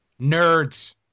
Nerds